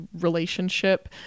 relationship